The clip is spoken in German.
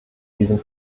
diesem